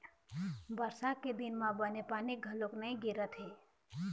बरसा के दिन म बने पानी घलोक नइ गिरत हे